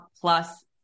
plus